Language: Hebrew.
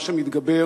מה שמתגבר